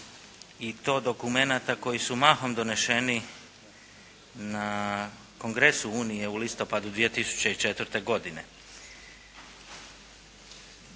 i to dokumenata koji su mahom doneseni na kongresu unije u listopadu 2004. godine.